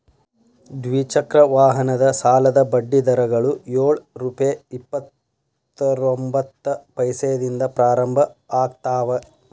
ದ್ವಿಚಕ್ರ ವಾಹನದ ಸಾಲದ ಬಡ್ಡಿ ದರಗಳು ಯೊಳ್ ರುಪೆ ಇಪ್ಪತ್ತರೊಬಂತ್ತ ಪೈಸೆದಿಂದ ಪ್ರಾರಂಭ ಆಗ್ತಾವ